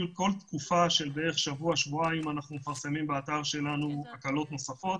כל תקופה של בערך שבוע-שבועיים אנחנו מפרסמים באתר שלנו הקלות נוספות.